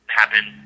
happen